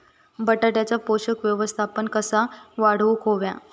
बटाट्याचा पोषक व्यवस्थापन कसा वाढवुक होया?